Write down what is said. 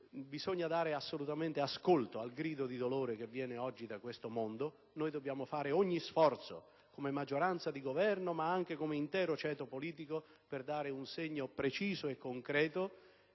bisogna dare assolutamente ascolto al grido di dolore che viene oggi da questo mondo. Dobbiamo fare ogni sforzo, come maggioranza di Governo ma anche come intero ceto politico, per dare un segno preciso e concreto,